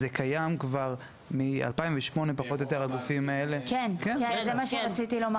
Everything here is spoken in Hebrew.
זה קיים כבר משנת 2008. זה מה שרציתי לומר.